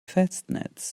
festnetz